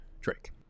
Drake